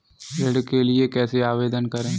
ऋण के लिए कैसे आवेदन करें?